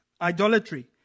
idolatry